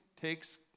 takes